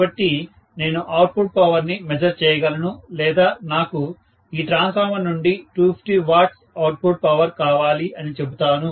కాబట్టి నేను output power ని మెజర్ చేయగలను లేదా నాకు ఈ ట్రాన్స్ఫార్మర్ నుండి 250 W అవుట్పుట్ పవర్ కావాలి అని చెబుతాను